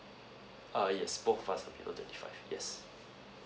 err yes both of us are below twenty five yes